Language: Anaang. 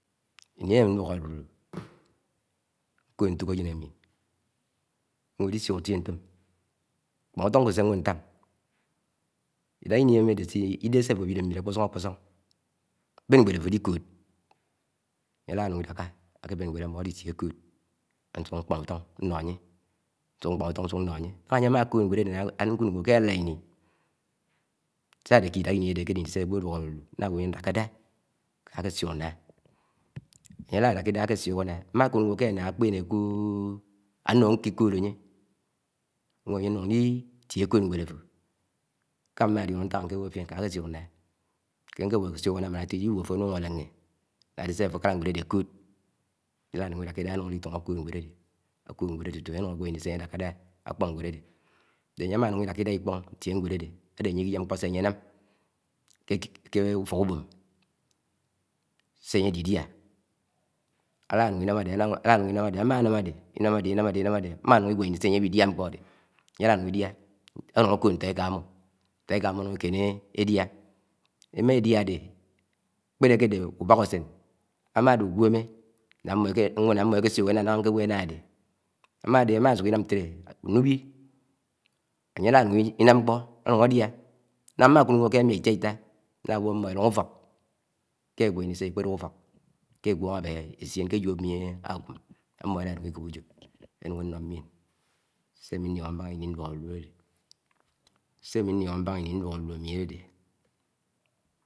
Īṉi ṉduó̱k aĺuĺu, n̄kọd ntok- eyen amou n̄wo̱ iisuk tie ńto̱m, ṇkṕo̱nuto̱n ḱop se n̄wó ntan idaha ini emi idehe se áfo áwile mmile ókpo̱so̱n, ben nwed ófo likód ái̱á anun idaka āke ben nwed ammo̱ alitie ako̱d, ami nśuk nkpo̱n nno anye, nsuk ńkpón úto̱n nsu̱k ṉṉo̱ anye, nńye nóhá anye amakod nwed ade imá nkud nwó ke alád ini sa̱ ade ke idaha ini ade ake de se agwo aduok alulu. Nńa aẃo ańye dókádo, ké súo̱k nn̄ah, anye aladakida akesuo̱k ańńa̱h, m̱ma nkud nwo ke annah akpe̱ne̱ koō, ami nun ke kod aṉye, nw̱ọ anye nun litie ko̱d-nwēd áfo̱ ke ami mma linno̱ nta̱k ñke wõho̱ fién ká kéśuk nña̱h, ke nkewo̱ akesuk annah mm̃an atode i wuo̱ afo ánúṉ aléhé ade se afo áka̱la̱ ṉẃed ade akod anye, ala nun iieke ida anun ali toho akó̱d nwed ade, akod nwed ade tutu ańye anu̱ṉ owo ini se ańye̱ alakada akpón nwed ade ańye amo oṉũ alaḱada ikpo̱n itie nẃe̱d ade, áde anye ajem̱ ñḱpo̱ se ánye̱ áṉám ké úfo̱k ubo̱m se̱ aṉye alidia. Ala anun inam ádeam̱ námade, inñm ade̱ áǵwo ini se anye awidia nkpo anye la nun idia, anun ákó nto eka ammo, nto eka ammo eńu̱n ekéné édia ém̱m̱a edia ade kpede áke̱de̱ ké ubakásen, ám̱a áde ugweme ana am̱m̱o ekesu̱k enah naha nke̱w̄ọ ám̱m̱ọ enah ade amasuk inam ńtele̱. nnúwi anye alanuk inam nkpo anu̱n ádia nna makud nwo ke ami a itiáltá nnáwo ḿḿn elóhōk ke Agwo ini se ekpedu̱k ufo̱k ke egueho̱ aba esien ke eje ami akum, ám̱m̱o̱ elóyo̱n ikop ujọ eńun éṉo̱ mi èṉ śe ami ñlio̱ho̱ m̱báhá ini ndúṉk álu̱lu̱ áde̱dẹ